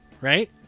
right